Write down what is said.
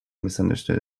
misunderstood